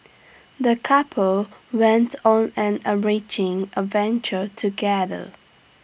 the couple went on an enriching adventure together